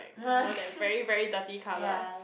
you know that very very dirty colour